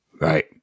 Right